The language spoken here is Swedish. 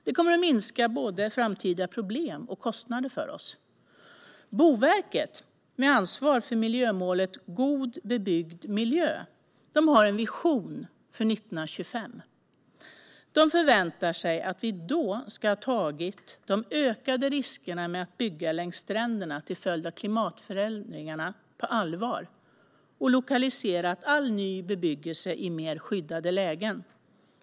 Det kommer att minska både framtida problem och kostnader för oss. Boverket, med ansvar för miljömålet God bebyggd miljö, har en vision för 2025. De förväntar sig att vi då ska ha tagit de ökade riskerna med att bygga längs stränderna till följd av klimatförändringarna på allvar och lokaliserat all ny bebyggelse i mer skyddade lägen.